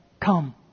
Come